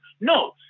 No